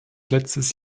letztes